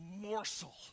morsel